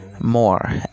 more